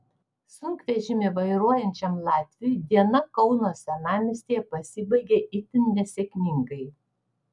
sunkvežimį vairuojančiam latviui diena kauno senamiestyje pasibaigė itin nesėkmingai